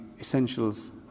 Essentials